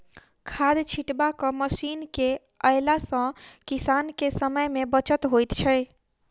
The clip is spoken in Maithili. खाद छिटबाक मशीन के अयला सॅ किसान के समय मे बचत होइत छै